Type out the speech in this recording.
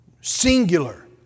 singular